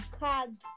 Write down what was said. cards